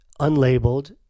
unlabeled